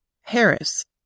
Harris